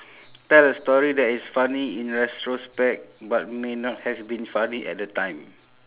tell a story that is funny in retrospect but may not have been funny at that time